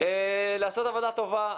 לעשות עבודה טובה.